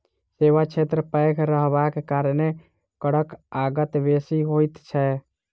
सेवा क्षेत्र पैघ रहबाक कारणेँ करक आगत बेसी होइत छै